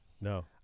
No